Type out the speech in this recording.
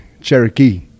Cherokee